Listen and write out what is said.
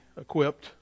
equipped